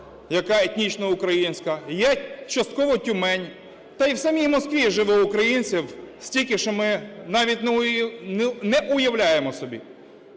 яка етнічно українська, є частково Тюмень, та і в самій Москві живе українців стільки, що ми навіть не уявляємо собі.